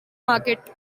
market